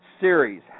series